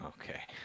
Okay